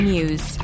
News